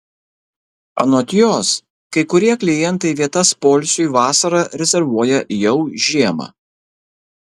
anot jos kai kurie klientai vietas poilsiui vasarą rezervuoja jau žiemą